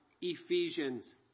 Ephesians